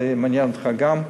זה מעניין אותך גם,